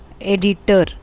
Editor